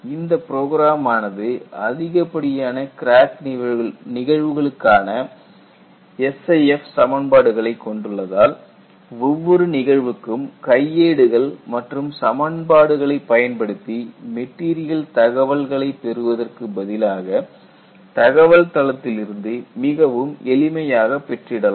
இந்த புரோகிராம் ஆனது அதிகப்படியான கிராக் நிகழ்வுகளு க்கான SIF தொடர்புகளை கொண்டுள்ளதால் ஒவ்வொரு நிகழ்வுக்கும் கையேடுகள் மற்றும் சமன்பாடுகளை பயன்படுத்தி மெட்டீரியல் தகவல்களை பெறுவதற்கு பதிலாக தகவல் தளத்திலிருந்து மிகவும் எளிமையாக பெற்றிடலாம்